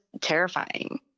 terrifying